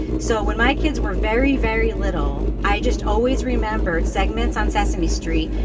so when my kids were very, very little, i just always remembered segments on sesame street,